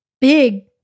big